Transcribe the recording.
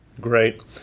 Great